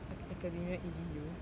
ac~ academia E D U